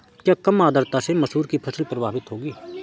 क्या कम आर्द्रता से मसूर की फसल प्रभावित होगी?